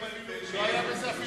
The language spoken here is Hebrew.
לא היתה בזה אפילו